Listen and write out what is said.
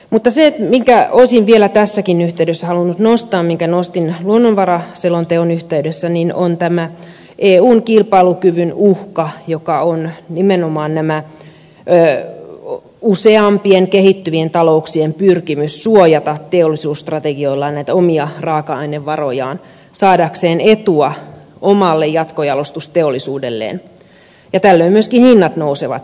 mutta se minkä vielä tässäkin yhteydessä olen halunnut nostaa minkä nostin luonnonvaraselonteon yhteydessä on tämä eun kilpailukyvyn uhka joka on nimenomaan useampien kehittyvien talouksien pyrkimys suojata teollisuusstrategioilla näitä omia raaka ainevarojaan saadakseen etua omalle jatkojalostusteollisuudelleen ja tällöin myöskin hinnat nousevat